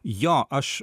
jo aš